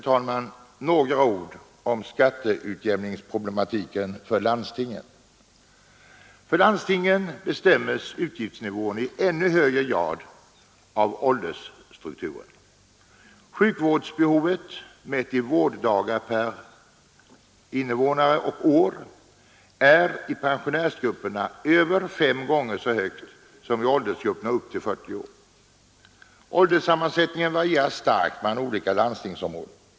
Slutligen några ord om skatteutjämningsproblematiken för landstingen. För landstingen bestäms utgiftsnivån i ännu högre grad av åldersstrukturen. Sjukvårdsbehovet mätt i antalet vårddagar per invånare och år är i pensionärsgrupperna över fem gånger så stort som i åldersgrupperna upp till 40 år. Ålderssammansättningen varierar starkt mellan olika landstingsområden.